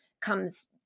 comes